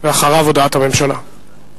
אחריו, הודעת הממשלה.